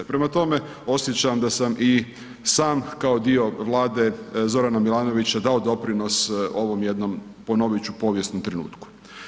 Prema tome osjećam da sam i sam kao dio Vlade Zorana Milanovića dao doprinos ovom jednom ponovit ću, povijesnom trenutku.